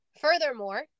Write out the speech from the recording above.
Furthermore